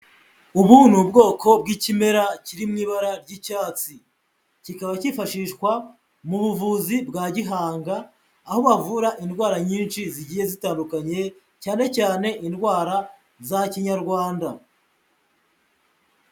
Ubu ni ubwoko bw'ikimera kiri mu ibara ry'icyatsi, kikaba cyifashishwa mu buvuzi bwa gihanga aho bavura indwara nyinshi zigiye zitandukanye, cyane cyane indwara za kinyarwanda.